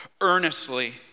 earnestly